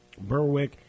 Berwick